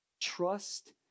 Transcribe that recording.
Trust